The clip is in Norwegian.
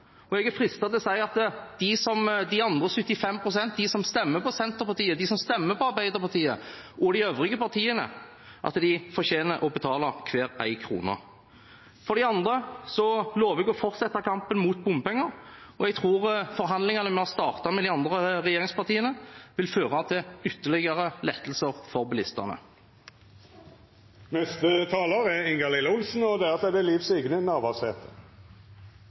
og jeg er fristet til å si at de andre 75 pst. – som stemmer på Senterpartiet, Arbeiderpartiet og de øvrige partiene – fortjener å betale hver en krone. For de andre lover jeg å fortsette kampen mot bompenger, og jeg tror forhandlingene vi har startet med de andre regjeringspartiene, vil føre til ytterligere lettelser for bilistene. Posisjonen er fornærmet over at opposisjonen påpeker det bompengeshowet Fremskrittspartiet har startet. Det var posisjonen som utsatte sakene på grunn av Fremskrittspartiets landsstyremøte 5. juni. Debatten er